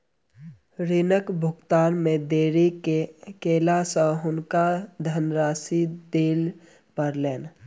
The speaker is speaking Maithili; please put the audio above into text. ऋणक भुगतान मे देरी केला सॅ हुनका धनराशि दिअ पड़लैन